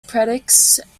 predicts